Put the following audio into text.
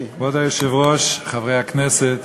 היושב-ראש, חברי הכנסת,